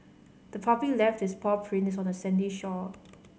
the puppy left its paw prints on the sandy shore